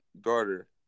daughter